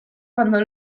cuando